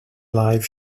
live